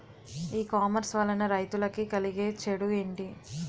E commerce వలన రైతులకి కలిగే చెడు ఎంటి?